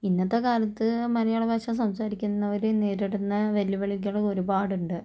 ഇന്നത്തെ കാലത്ത് മലയാള ഭാഷ സംസാരിക്കുന്നവർ നേരിടുന്ന വെല്ലു വിളികൾ ഒരുപാടുണ്ട്